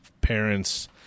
parents